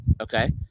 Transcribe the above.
Okay